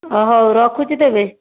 ଅ ହଉ ରଖୁଛି ତେବେ